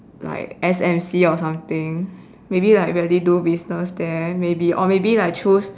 like S_M_C or something maybe like really do business there maybe or maybe like choose